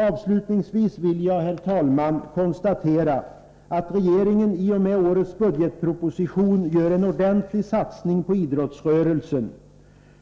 Avslutningsvis vill jag, herr talman, konstatera att regeringen i och med årets budgetproposition gör en ordentlig satsning på idrottsrörelsen.